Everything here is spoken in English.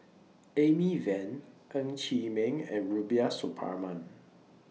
Amy Van Ng Chee Meng and Rubiah Suparman